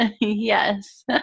Yes